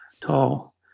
tall